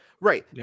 Right